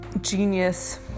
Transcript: genius